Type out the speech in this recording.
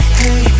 hey